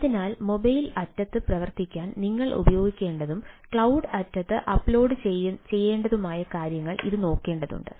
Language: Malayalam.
അതിനാൽ മൊബൈൽ അറ്റത്ത് പ്രവർത്തിക്കാൻ നിങ്ങൾ ഉപയോഗിക്കേണ്ടതും ക്ലൌഡ് അറ്റത്ത് അപ്ലോഡുചെയ്യേണ്ടതുമായ കാര്യങ്ങൾ ഇത് നോക്കേണ്ടതുണ്ട്